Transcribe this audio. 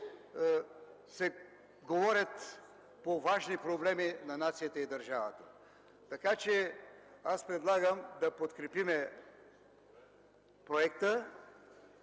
се говори по важни проблеми на нацията и държавата. Аз предлагам да подкрепим и